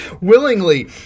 willingly